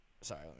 sorry